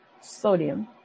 sodium